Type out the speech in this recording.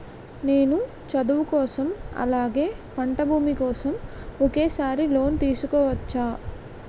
నేను చదువు కోసం అలాగే పంట భూమి కోసం ఒకేసారి లోన్ తీసుకోవచ్చా?